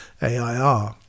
AIR